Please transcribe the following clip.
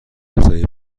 سایه